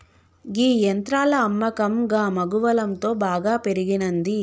గీ యంత్రాల అమ్మకం గమగువలంతో బాగా పెరిగినంది